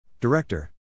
Director